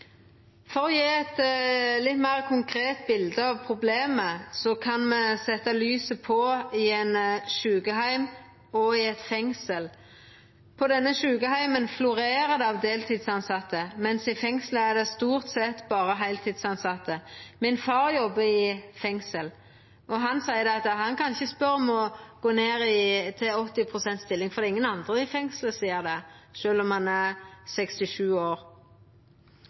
For å gje eit litt meir konkret bilete av problemet kan me setja søkjelyset på ein sjukeheim og eit fengsel. På denne sjukeheimen florerer det av deltidstilsette, men i fengselet er det stort sett berre heiltidstilsette. Far min jobbar i fengsel, og han seier at han ikkje kan spørja om å gå ned til 80 pst. stilling, sjølv om han er 67 år, for det er ingen andre i fengselet som gjer det. Det er vanskeleg å sjå andre årsaker til at det er